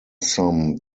some